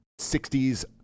60s